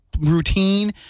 routine